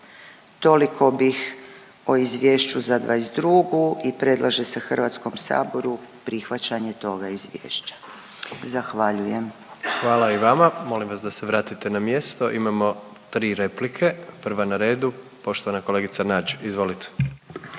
Toliko bih o izvješću za 2022. i predlaže se Hrvatskom saboru prihvaćanje toga izvješća. Zahvaljujem. **Jandroković, Gordan (HDZ)** Hvala i vama. Molim vas da se vratite na mjesto. Imamo 3 replike. Prva na redu poštovana kolegica Nađ, izvolite.